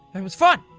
it was fun.